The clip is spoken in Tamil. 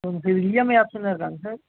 ஓகே சார் இது இஎம்ஐ ஆப்ஷன்லாம் இருக்காங்க சார்